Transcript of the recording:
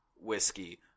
whiskey